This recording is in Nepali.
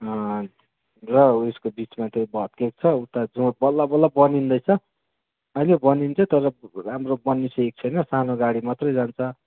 र ऊ यसको बिचमा चाहिँ भत्किएको छ उता जोर बल्ल बल्ल बनिँदैछ अहिले बनिनु चाहिँ तर राम्रो बनिसकेको छैन सानो गाडी मात्रै जान्छ